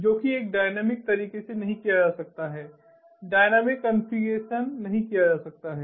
जो कि एक डायनामिक तरीके से नहीं किया जा सकता है डायनामिक कॉन्फ़िगरेशन नहीं किया जा सकता है